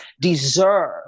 deserve